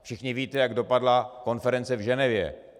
Všichni víte, jak dopadla konference v Ženevě.